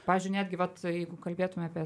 pavyzdžiui netgi vat jeigu kalbėtume apie